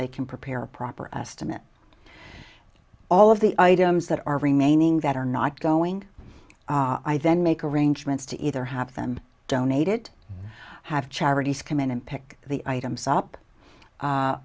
they can prepare a proper estimate all of the items that are remaining that are not going i then make arrangements to either have them donated have charities come in and pick the items up